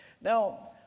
now